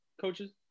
coaches